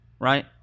right